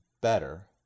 better